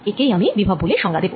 একেই আমি বিভব বলে সংজ্ঞা দেব